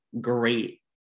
great